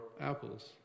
apples